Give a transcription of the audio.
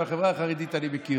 אבל את החברה החרדית אני מכיר.